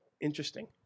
interesting